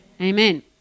Amen